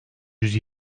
yüz